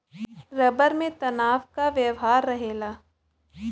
rubber में तनाव क व्यवहार रहेला